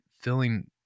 filling